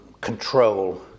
control